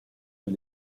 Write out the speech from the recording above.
del